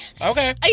Okay